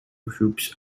groups